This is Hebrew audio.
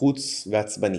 לחוץ ועצבני.